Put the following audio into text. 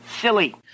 Silly